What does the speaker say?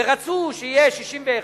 ורצו שיהיו 61,